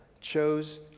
chose